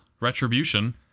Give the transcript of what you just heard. retribution